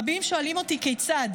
רבים שואלים אותי: כיצד?